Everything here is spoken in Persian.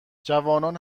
جوانان